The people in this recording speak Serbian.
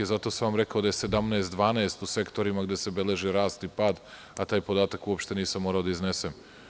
Zato sam vam rekao da je 17,12 u sektorima gde se beležio rast i pad, a taj podatak uopšte nisam morao da iznesem.